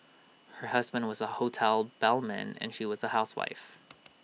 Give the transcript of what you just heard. her husband was A hotel bellman and she was A housewife